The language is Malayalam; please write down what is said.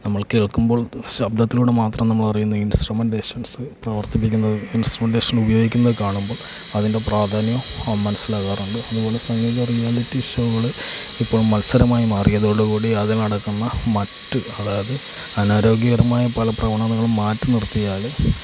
നമ്മൾ കേൾക്കുമ്പോൾ ശബ്ദത്തിലൂടെ മാത്രം നമ്മൾ അറിയുന്ന ഇൻസ്ട്രുമെൻ്റേഷൻസ് പ്രവർത്തിപ്പിക്കുന്നതും ഇൻസ്ട്രുമെൻ്റേഷൻ ഉപയോഗിക്കുന്ന കാണുമ്പോൾ അതിൻ്റെ പ്രാധാന്യം മനസ്സിലാകാറുണ്ട് അതുപോലെ സംഗീത റിയാലിറ്റി ഷോകള് ഇപ്പോൾ മത്സരമായി മാറിയതോടുകൂടി അത് നടക്കുന്ന മറ്റ് അതായത് അനാരോഗ്യകരമായ പല പ്രവണതകള് മാറ്റി നിർത്തിയാല്